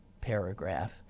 paragraph